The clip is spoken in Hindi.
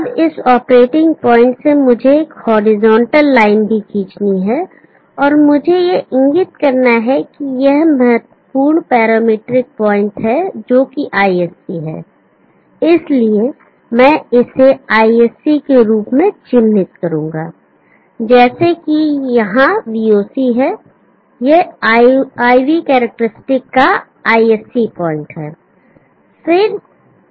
अब इस ऑपरेटिंग पॉइंट से मुझे एक हॉरिजॉन्टल लाइन भी खींचनी है और मुझे यह इंगित करना है कि यह महत्वपूर्ण पैरामीट्रिक पॉइंट है जो कि ISC है इसलिए मैं इसे ISC के रूप में चिह्नित करूँगा जैसे कि यहां voc है यह IV कैरेक्टरस्टिक का ISC पॉइंट है